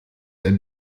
ein